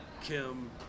Kim